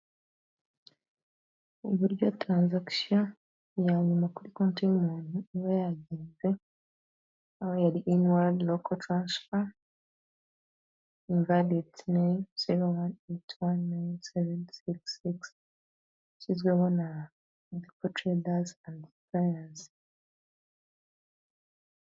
Uburyo transaction ya nyuma kuri konti y'umuntu iba yagenda aba ari in ward local transfer invalid imibare biko traders and sup.